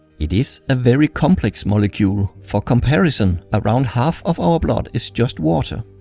it is very complex molecule. for comparison around half of our blood is just water.